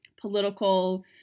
political